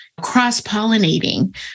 cross-pollinating